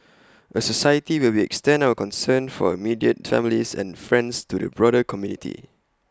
A society where we extend our concern for immediate families and friends to the broader community